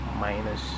minus